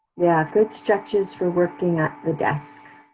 yeah, good stretches for working at the desk.